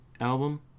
album